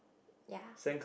ya